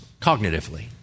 cognitively